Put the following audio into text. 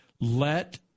let